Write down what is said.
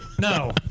No